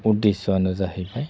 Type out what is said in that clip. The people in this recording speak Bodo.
उदेस्स'आनो जाहैबाय